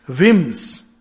whims